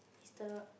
is the